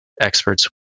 experts